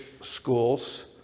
schools